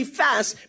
fast